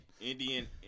Indian